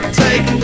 take